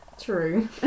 true